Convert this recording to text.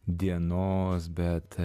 dienos bet